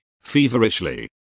Feverishly